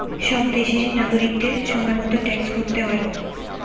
সব দেশেরই নাগরিকদের সময় মতো ট্যাক্স ভরতে হয়